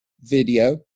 video